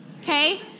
okay